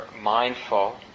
mindful